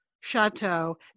chateau